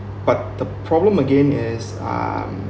but the problem again as um